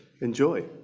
enjoy